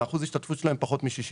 אחוז ההשתתפות שלהן פחות מ-60%,